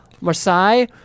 Marseille